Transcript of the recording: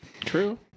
true